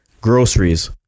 groceries